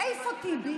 איפה טיבי?